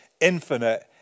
infinite